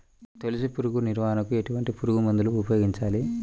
తొలుచు పురుగు నివారణకు ఎటువంటి పురుగుమందులు ఉపయోగించాలి?